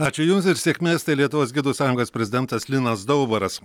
ačiū jums ir sėkmės tai lietuvos gidų sąjungos prezidentas linas daubaras